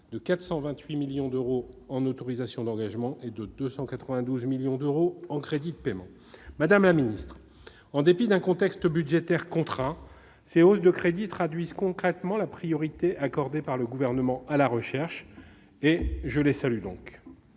de 428 millions d'euros en autorisations d'engagement et de 292 millions d'euros en crédits de paiement. En dépit d'un contexte budgétaire contraint, ces hausses de crédits traduisent concrètement la priorité accordée par le Gouvernement à la recherche et méritent donc